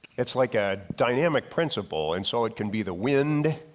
it's like a dynamic principle and so it can be the wind,